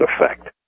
effect